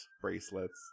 bracelets